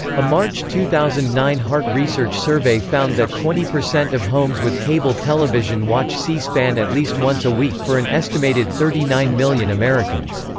a march two thousand and nine hart research survey found that twenty percent of homes with cable television watch c-span at least once a week, for an estimated thirty nine million americans.